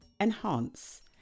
enhance